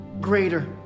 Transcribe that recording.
greater